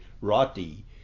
rati